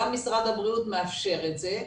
גם משרד הבריאות מאפשר את זה,